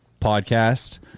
podcast